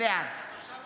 בעד קטי